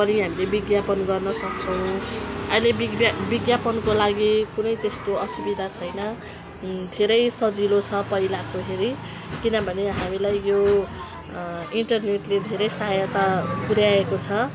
पनि हामीले विज्ञापन गर्नसक्छौँ अहिले विज्ञा विज्ञापनको लागि कुनै त्यस्तो असुविधा छैन धेरै सजिलो छ पहिलाको हेरी किनभने हामीलाई यो इन्टरनेटले धेरै सहायता पुऱ्याएको छ